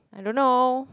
I don't know